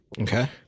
Okay